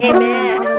Amen